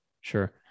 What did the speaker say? Sure